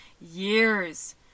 years